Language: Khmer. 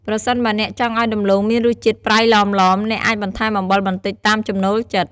ប្រសិនបើអ្នកចង់ឱ្យដំឡូងមានរសជាតិប្រៃឡមៗ អ្នកអាចបន្ថែមអំបិលបន្តិច តាមចំណូលចិត្ត។